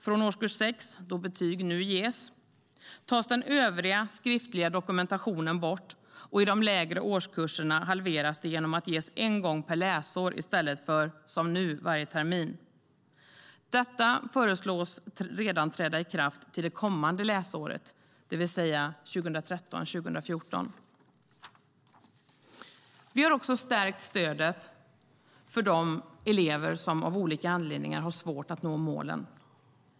Från årskurs 6, då betyg nu ges, tas den övriga skriftliga dokumentationen bort, och i de lägre årskurserna halveras den genom att den ges en gång per läsår i stället för som nu varje termin. Detta föreslås redan träda i kraft till det kommande läsåret, det vill säga 2013/2014. Vi har också stärkt stödet för de elever som av olika anledningar har svårt att nå målen.